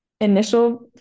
initial